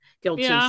guilty